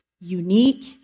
unique